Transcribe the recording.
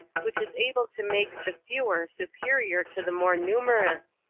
which is able to make the fewer superior to the more numerous,